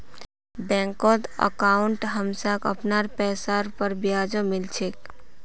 बैंकत अंकाउट हमसाक अपनार पैसार पर ब्याजो मिल छेक